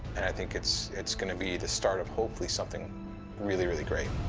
and i think it's it's gonna be the start of, hopefully, something really, really great.